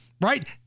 right